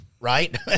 right